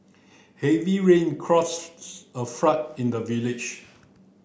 heavy rain a flood in the village